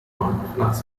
luxembourg